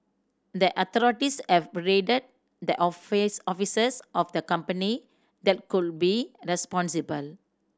the authorities have raided the office offices of the company that could be responsible